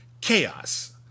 chaos